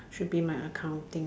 should be my accounting